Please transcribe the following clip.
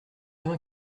vingt